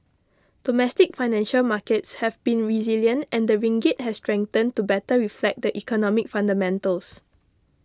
domestic financial markets have been resilient and the ringgit has strengthened to better reflect the economic fundamentals